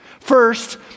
First